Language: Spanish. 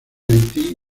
haití